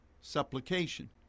supplication